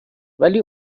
ولی